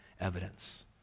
evidence